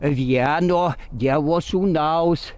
vieno dievo sūnaus